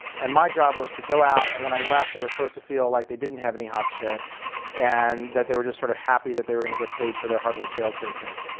and my job was to go out and when i left they were supposed to feel like they didn't have any hot shit and that they were just sort of happy that they were going to get paid for their hardware sales business.